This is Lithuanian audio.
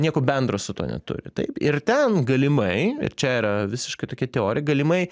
nieko bendro su tuo neturi taip ir ten galimai čia yra visiškai tokia teorija galimai